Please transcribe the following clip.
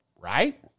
Right